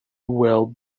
well